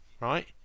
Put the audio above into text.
right